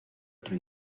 otro